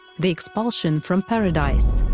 the expulsion from paradise,